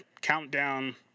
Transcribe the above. countdown